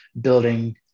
building